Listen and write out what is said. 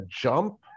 jump